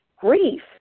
Grief